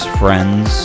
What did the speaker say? friends